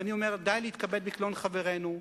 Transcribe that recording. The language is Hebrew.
ואני אומר: די להתכבד בקלון חברנו.